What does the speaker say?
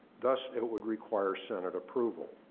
thus it would require senate approval.